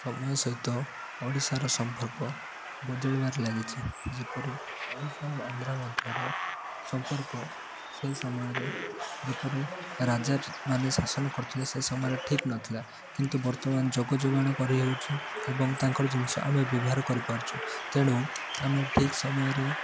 ସମୟ ସହିତ ଓଡ଼ିଶାର ସମ୍ପର୍କ ବଦଳିବାରେ ଲାଗିଛି ଯେପରି ଓଡ଼ିଶା ଓ ଆନ୍ଧ୍ରା ମଧ୍ୟରେ ସମ୍ପର୍କ ସେହି ସମୟରେ ଯେପରି ରାଜାମାନେ ଶାସନ କରୁଥିଲେ ସେ ସମୟରେ ଠିକ ନଥିଲା କିନ୍ତୁ ବର୍ତ୍ତମାନ ଯୋଗ ଯୋଗାଣ କରିହେଉଛି ଏବଂ ତାଙ୍କର ଜିନିଷ ଆମେ ବ୍ୟବହାର କରିପାରୁଛେ ତେଣୁ ଆମେ ଠିକ ସମୟରେ